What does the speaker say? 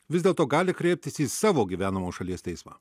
vis dėlto gali kreiptis į savo gyvenamos šalies teismą